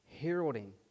heralding